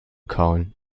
kauen